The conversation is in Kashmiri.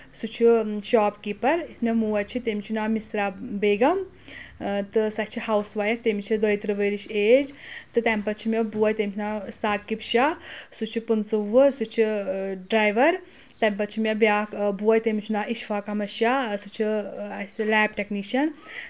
سُہ چھُ شاپ کیٖپر یُس مےٚ موج چھِ تٔمِس چھُ ناو مِسرا بیگم تہٕ سۄ چھِ ہاوُس وایف تٔمِس چھِ دۄیہِ ترٕٛہ ؤرش ایج تہٕ تمہِ پتہٕ چھُ مےٚ بوے تٔمِس چھُ ناو ساقپ شاہ سُہ چھُ پٕنٛژٕ وُہ سُہ چھُ ڈرایور تمہِ پتہٕ چھُ مےٚ بیاکھ بوے تٔمِس چھُ ناو اِشفا احمد شاہ سُہ چھُ اسہِ لیب ٹیکنیٖشن